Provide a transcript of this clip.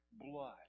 blood